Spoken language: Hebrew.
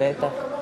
בטח.